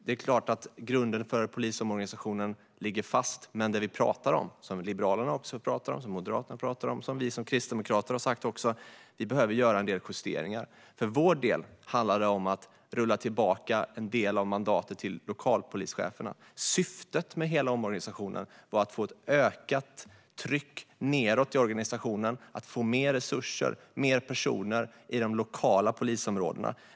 Det är klart att grunden för polisomorganisationen ligger fast, men det som Liberalerna, Moderaterna och vi kristdemokrater talar om är att vi behöver göra en del justeringar. För vår del handlar det om att rulla tillbaka en del av mandatet till lokalpolischeferna. Syftet med hela omorganisationen var att få ett ökat tryck nedåt i organisationen och att få mer resurser och fler personer i de lokala polisområdena.